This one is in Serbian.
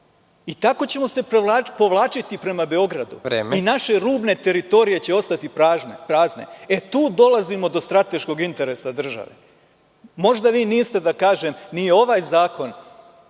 i tako ćemo se provlačiti prema Beogradu.(Predsednik: Vreme.)Naše rubne teritorije će ostati prazne. E, tu dolazimo do strateškog interesa države. Možda vi niste, da kažem, ni ovaj zakon,